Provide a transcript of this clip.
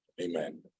Amen